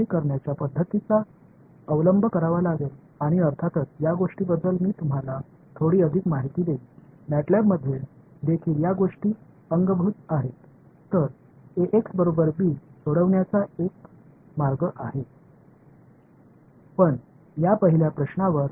எனவே சிக்கல் அளவு மிகப் பெரியதாக இருந்தால் நீங்கள் செயல்பாட்டு முறைகளை நாட வேண்டும் அதை நாடும்போது நிச்சயமாக இந்த விஷயங்களைப் பற்றிய கூடுதல் தகவல்களை நான் தருகிறேன் MATLAB பிலும் இந்த விஷயங்கள் உள்ளன